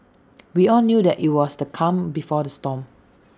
we all knew that IT was the calm before the storm